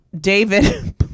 David